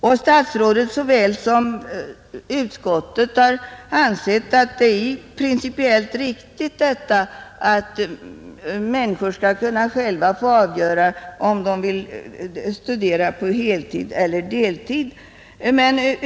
Både statsrådet och utskottet anser det principiellt riktigt att människor själva skall få avgöra om de vill studera på heltid eller deltid.